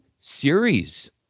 series